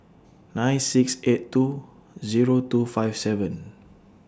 nine six eight two Zero two five seven